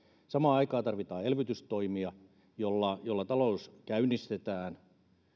samaan aikaan tarvitaan elvytystoimia joilla talous käynnistetään